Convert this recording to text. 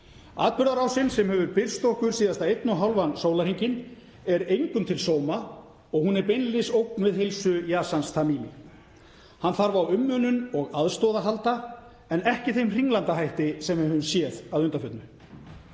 Atburðarásin sem hefur birst okkur síðasta einn og hálfan sólarhringinn er engum til sóma og hún er beinlínis ógn við heilsu Yazans Tamimi. Hann þarf á umönnun og aðstoð að halda en ekki þeim hringlandahætti sem við höfum séð að undanförnu.